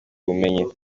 bumenyi